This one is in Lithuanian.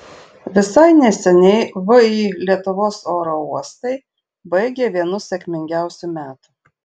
visai neseniai vį lietuvos oro uostai baigė vienus sėkmingiausių metų